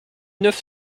neuf